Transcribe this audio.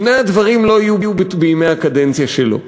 שני הדברים לא יהיו בימי הקדנציה שלו.